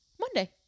Monday